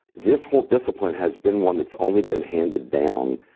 this whole discipline has been one that's only been handed down,